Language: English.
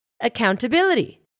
accountability